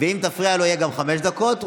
ואם תפריע לו יהיו גם חמש דקות,